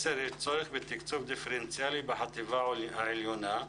יש צורך בתקצוב דיפרנציאלי בחטיבה העליונה.